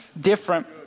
different